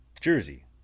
jersey